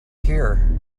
here